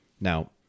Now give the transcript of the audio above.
Now